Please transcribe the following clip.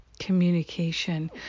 communication